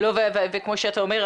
כמו שאתה אומר,